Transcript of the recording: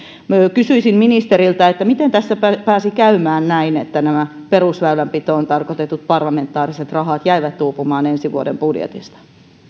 kysyisin ministeriltä miten tässä pääsi käymään näin että perusväylänpitoon tarkoitetut parlamentaariset rahat jäivät uupumaan ensi vuoden budjetista